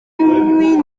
inkwi